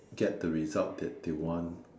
get the result that they want